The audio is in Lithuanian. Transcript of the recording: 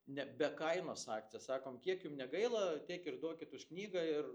ne be kainos akciją sakom kiek jum negaila tiek ir duokit už knygą ir